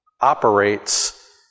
operates